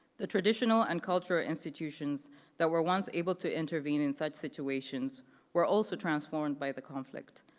the traditional and culture institutions that were once able to intervene in such situations were also transformed by the conflict,